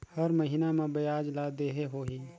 हर महीना मा ब्याज ला देहे होही?